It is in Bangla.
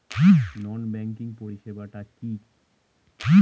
নন ব্যাংকিং পরিষেবা টা কি?